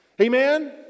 Amen